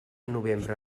novembre